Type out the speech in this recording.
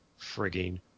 frigging